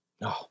No